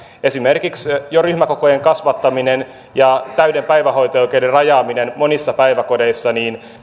esimerkiksi jo ryhmäkokojen kasvattaminen ja täyden päivähoito oikeuden rajaaminen monissa päiväkodeissa